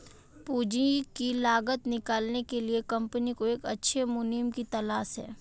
पूंजी की लागत निकालने के लिए कंपनी को एक अच्छे मुनीम की तलाश है